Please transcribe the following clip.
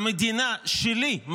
למדינה שלי,